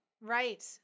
Right